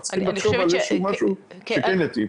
צריכים לחשוב על משהו שכן יתאים.